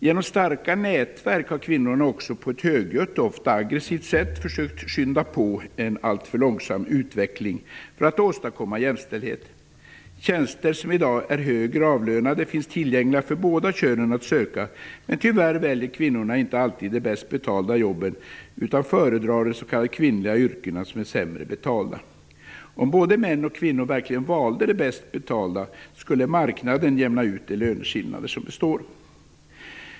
Genom starka nätverk har kvinnorna också på ett högljutt, ofta aggressivt, sätt försökt skynda på en alltför långsam utveckling för att åstadkomma jämställdhet. Tjänster som i dag är högre avlönade finns tillgängliga för båda könen att söka. Tyvärr väljer kvinnorna inte alltid de bäst betalda jobben utan föredrar de s.k. kvinnliga yrkena som är sämre betalda. Om både män och kvinnor verkligen valde de bäst betalda yrkena, skulle marknaden jämna ut de löneskillnader som består.